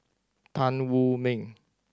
Tan Wu Meng